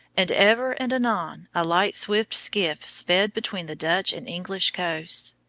and ever and anon a light swift skiff sped between the dutch and english coasts.